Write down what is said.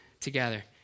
together